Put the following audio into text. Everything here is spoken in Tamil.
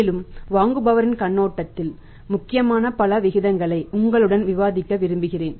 மேலும் வாங்குபவரின் கண்ணோட்டத்தில் முக்கியமான பல விகிதங்களை உங்களுடன் விவாதிக்க விரும்புகிறேன்